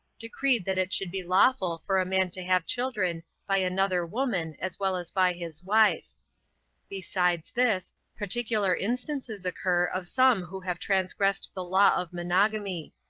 decreed that it should be lawful for a man to have children by another woman as well as by his wife besides this, particular instances occur of some who have transgressed the law of monogamy.